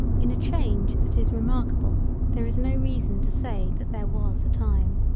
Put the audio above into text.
in a change that is remarkable there is no reason to say that there was a time.